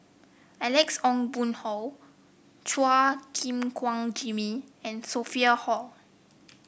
Alex Ong Boon Hau Chua Gim Guan Jimmy and Sophia Hull